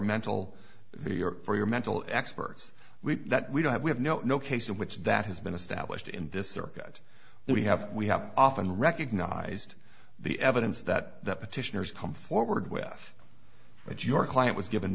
or for your mental experts we that we don't have we have no no case in which that has been established in this circuit we have we have often recognized the evidence that the petitioners come forward with but your client was given